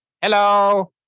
Hello